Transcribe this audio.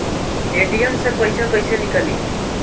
ATM से पइसा कइसे निकली?